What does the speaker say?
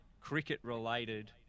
cricket-related